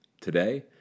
today